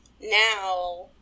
now